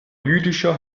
jüdischer